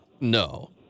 No